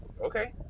Okay